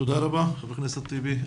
תודה רבה חבר הכנסת טיבי.